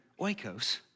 Oikos